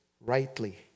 rightly